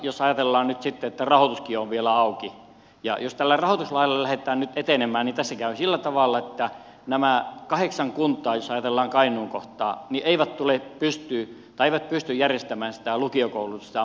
jos ajatellaan nyt sitten että rahoituskin on vielä auki ja jos tällä rahoituslailla lähdetään nyt etenemään niin tässä käy sillä tavalla että nämä kahdeksan kuntaa jos ajatellaan kainuun kohtaa eivät pysty järjestämään sitä lukiokoulutusta ja ammatillista koulutusta